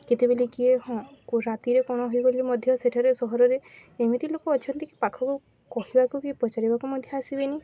କେତେବେଲେ କିଏ ହଁ ରାତିରେ କ'ଣ ହେଇଗଲେ ମଧ୍ୟ ସେଠାରେ ସହରରେ ଏମିତି ଲୋକ ଅଛନ୍ତି କି ପାଖକୁ କହିବାକୁ କି ପଚାରିବାକୁ ମଧ୍ୟ ଆସିବେନି